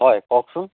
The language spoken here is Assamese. হয় কওকচোন